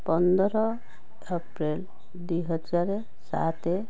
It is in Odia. ପନ୍ଦର ଏପ୍ରିଲ ଦୁଇହଜାର ସାତ